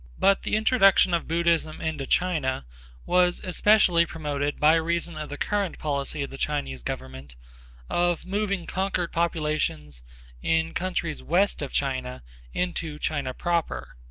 but the introduction of buddhism into china was especially promoted by reason of the current policy of the chinese government of moving conquered populations in countries west of china into china proper,